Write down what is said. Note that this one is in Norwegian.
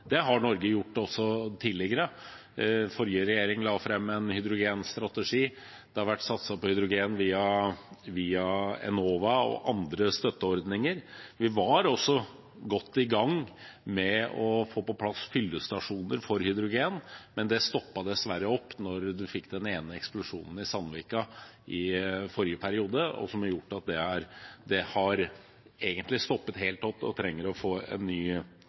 har Norge gjort også tidligere. Forrige regjering la fram en hydrogenstrategi, og det har vært satset på hydrogen via Enova og andre støtteordninger. Vi var også godt i gang med å få på plass fyllestasjoner for hydrogen, men det stoppet dessverre opp da man fikk eksplosjonen i Sandvika i forrige periode. Det har gjort at det egentlig har stoppet helt opp og trenger å få en ny